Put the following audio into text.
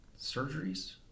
surgeries